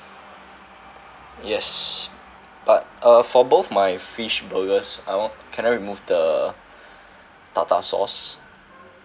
yes but uh for both my fish burgers I want can I remove the tartar sauce